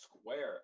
square